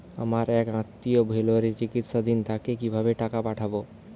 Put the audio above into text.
আমার এক আত্মীয় ভেলোরে চিকিৎসাধীন তাকে কি ভাবে টাকা পাঠাবো?